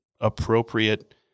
appropriate